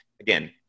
again